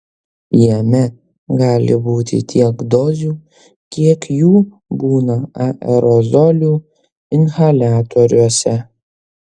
jame gali būti tiek dozių kiek jų būna aerozolių inhaliatoriuose